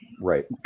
Right